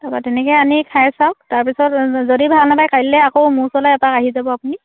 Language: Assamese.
তাৰপৰা তেনেকৈয়ে আনি খাই চাওক তাৰপিছত যদি ভাল নাপায় কাইলৈ আকৌ মোৰ ওচৰলৈ এপাক আহি যাব আপুনি